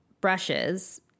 brushes